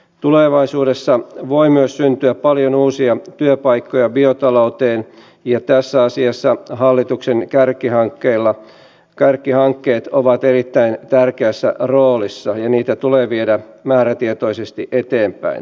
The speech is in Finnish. tulevaisuudessa voi myös syntyä paljon uusia työpaikkoja biotalouteen ja tässä asiassa hallituksen kärkihankkeet ovat erittäin tärkeässä roolissa ja niitä tulee viedä määrätietoisesti eteenpäin